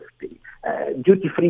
Duty-free